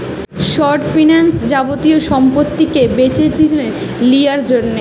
short finance যাবতীয় সম্পত্তিকে বেচেকিনে লিয়ার জন্যে